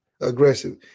aggressive